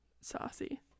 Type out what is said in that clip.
saucy